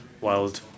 wild